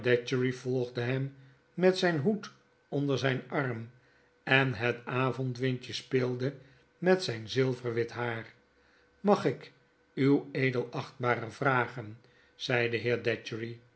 volgde hem met zyn hoed onder zyn arm en het avondwindje speelde met zyn zilverwit haar mag ik uw edelachtbare vragen zei de